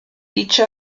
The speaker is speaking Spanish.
dicha